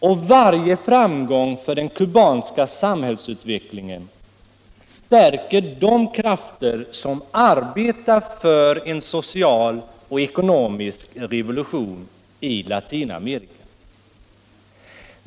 Och varje framgång för den kubanska samhällsutvecklingen stärker de krafter som arbetar för en social och ekonomisk revolution i Latinamerika.